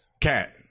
Cat